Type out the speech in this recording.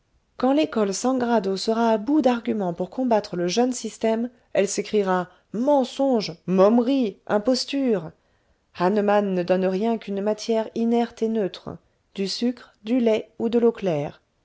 quand l'école sangrado sera à bout d'arguments pour combattre le jeune système elle s'écriera mensonge momerie imposture hahnemann ne donne rien qu'une matière inerte et neutre du sucre du lait ou de l'eau claire